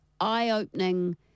eye-opening